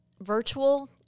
virtual